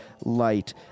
light